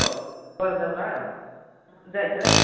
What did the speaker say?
ହଉ କରିଦେବା ଆଉ ଆଉ